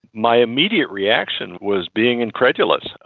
my immediate reaction was being incredulous.